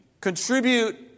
contribute